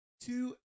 two